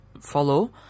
follow